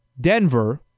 Denver –